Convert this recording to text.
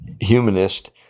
humanist